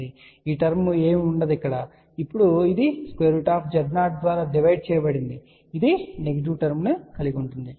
కాబట్టి ఈ టర్మ్ ఏమీ ఉండదు కానీ ఇప్పుడు ఇది Z0 ద్వారా డివైడ్ చేయబడినది ఇది నెగెటివ్ టర్మ్ ను కలిగి ఉంటుంది